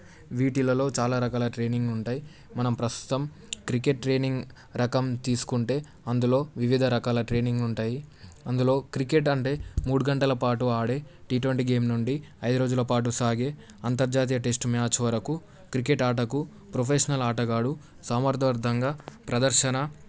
వీటిలలో చాలా రకాల ట్రైనింగ్ ఉంటాయి మనం ప్రస్తుతం క్రికెట్ ట్రైనింగ్ రకం తీసుకుంటే అందులో వివిధ రకాల ట్రైనింగ్లు ఉంటాయి అందులో క్రికెట్ అంటే మూడు గంటలపాటు ఆడే టీ ట్వంటీ గేమ్ నుండి ఐదు రోజులపాటు సాగే అంతర్జాతీయ టెస్ట్ మ్యాచ్ వరకు క్రికెట్ ఆటకు ప్రొఫెషనల్ ఆటగాడు సామర్థవర్ధంగా ప్రదర్శన